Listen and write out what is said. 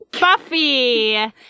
Buffy